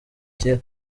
kera